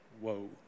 whoa